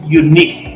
unique